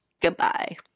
Goodbye